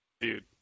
Dude